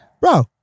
Bro